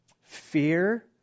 fear